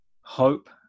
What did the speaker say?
hope